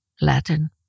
Latin